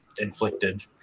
inflicted